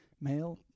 male